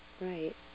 Right